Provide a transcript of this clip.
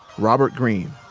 robert green,